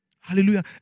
Hallelujah